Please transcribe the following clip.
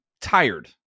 tired